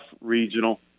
regional